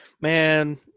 man